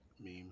meme